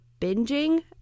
binging